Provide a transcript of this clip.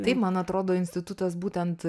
taip man atrodo institutas būtent